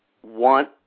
one